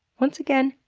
once again,